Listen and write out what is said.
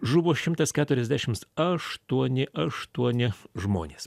žuvo šimtas keturiasdešims aštuoni aštuoni žmonės